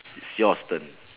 it's yours turn